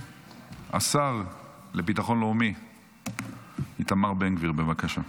השר לביטחון לאומי איתמר בן גביר, בבקשה.